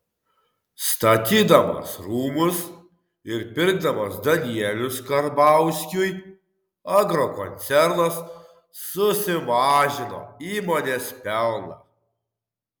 statydamas rūmus ir pirkdamas danielius karbauskiui agrokoncernas susimažino įmonės pelną